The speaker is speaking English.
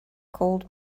called